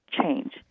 change